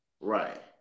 Right